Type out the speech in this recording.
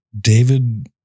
David